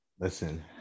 listen